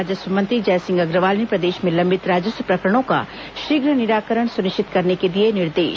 राजस्व मंत्री जयसिंह अग्रवाल ने प्रदेश में लंबित राजस्व प्रकरणों का शीघ्र निराकरण सुनिश्चित करने के दिए निर्देश